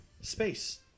Space